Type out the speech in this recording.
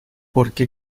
porque